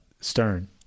Stern